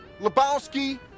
Lebowski